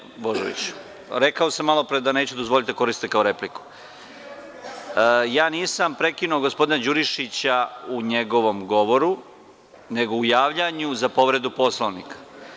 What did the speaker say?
Gospodine Božoviću, rekao sam malopre da neću dozvoliti da ovo vreme koristite kao replike [[Balša Božović, s mesta: Nije replika, to je povreda Poslovnika.]] Nisam prekinuo gospodina Đurišića u njegovom govoru nego u javljanju za povredu Poslovnika.